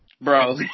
Bro